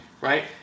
right